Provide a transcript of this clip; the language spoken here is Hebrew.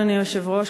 אדוני היושב-ראש,